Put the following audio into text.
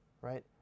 Right